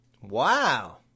Wow